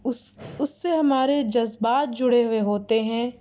اس اس سے ہمارے جذبات جڑے ہوئے ہوتے ہیں